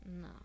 No